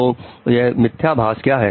तो यह मिथ्याभास क्या है